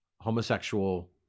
homosexual